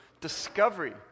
discovery